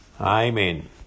Amen